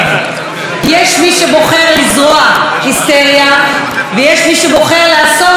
יש מי שבוחר לזרוע היסטריה ויש מי שבוחר לעשות היסטוריה.